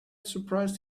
surprised